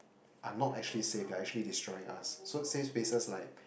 are not actually safe they are actually destroying us so safe spaces like